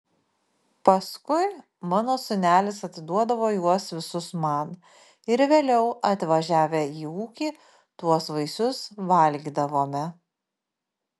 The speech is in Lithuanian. paskui mano sūnelis atiduodavo juos visus man ir vėliau atvažiavę į ūkį tuos vaisius valgydavome